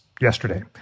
yesterday